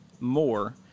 more